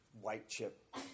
white-chip